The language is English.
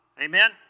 Amen